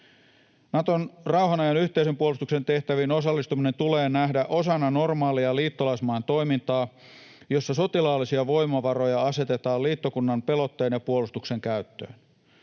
Naton rauhan ajan yhteisen puolustuksen tehtäviin osallistuminen tulee nähdä osana normaalia liittolaismaan toimintaa, jossa sotilaallisia voimavaroja asetetaan liittokunnan pelotteen ja puolustuksen käyttöön.